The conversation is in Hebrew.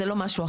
זה לא משהו אחר.